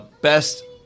best